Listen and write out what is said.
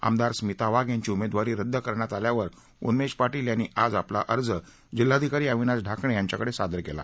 आमदार स्मिता वाघ यांची उमेदवारी रद्द करण्यात आल्यावर उन्मेष पाटील यांनी आज आपला अर्ज जिल्हाधिकारी अविनाश ढाकणे यांच्याकडे सादर केला